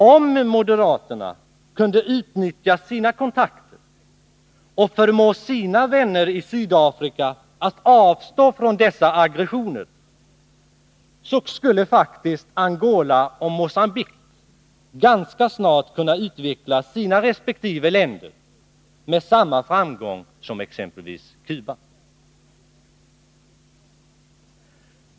Om moderaterna kunde utnyttja sina kontakter och förmå sina vänner i Sydafrika att avstå från dessa aggressioner, skulle faktiskt Angola och Mogambique ganska snart kunna utveckla sina resp. länder, med samma framgång som exempelvis Cuba.